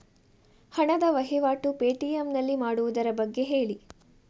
ಹಣದ ವಹಿವಾಟು ಪೇ.ಟಿ.ಎಂ ನಲ್ಲಿ ಮಾಡುವುದರ ಬಗ್ಗೆ ಹೇಳಿ